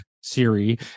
Siri